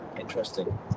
interesting